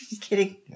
kidding